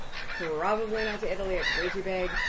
probably not to italy, it's way too big.